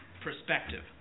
perspective